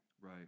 Right